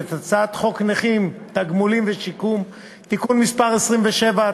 את הצעת חוק הנכים (תגמולים ושיקום) (תיקון מס' 27),